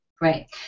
Great